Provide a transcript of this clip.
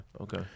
okay